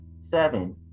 Seven